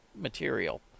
material